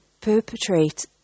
perpetrate